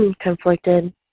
conflicted